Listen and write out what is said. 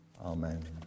Amen